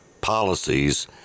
policies